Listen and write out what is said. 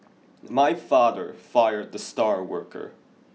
my father fired the star worker